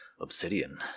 obsidian